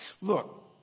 Look